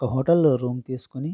ఒక హోటల్లో రూమ్ తీసుకొని